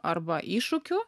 arba iššūkių